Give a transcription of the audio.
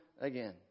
again